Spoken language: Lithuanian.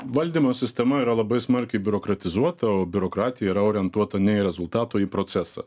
valdymo sistema yra labai smarkiai biurokratizuota o biurokratija yra orientuota ne į rezultatą o į procesą